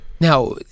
Now